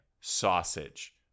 sausage